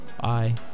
Bye